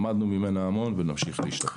למדנו ממנה המון, ונמשיך להשתפר.